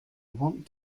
want